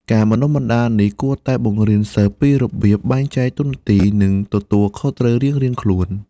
ការបណ្តុះបណ្តាលនេះគួរតែបង្រៀនសិស្សពីរបៀបបែងចែកតួនាទីនិងទទួលខុសត្រូវរៀងៗខ្លួន។